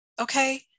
Okay